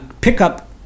pickup